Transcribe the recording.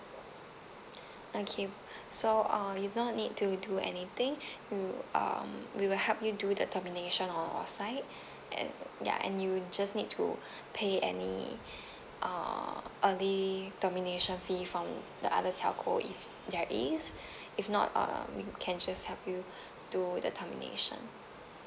okay so uh you do not need to do anything you um we will help you do the termination on our side and ya and you just need to pay any uh early termination fee from the other telco if there is if not uh we can just help you do the termination